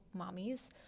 Mommies